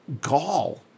gall